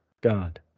God